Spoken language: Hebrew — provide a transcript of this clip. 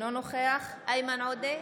אינו נוכח איימן עודה,